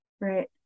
Right